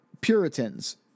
Puritans